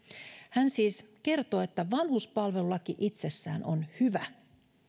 hän siis kertoi että vanhuspalvelulaki itsessään on hyvä mutta